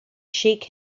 shake